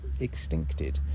extincted